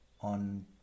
on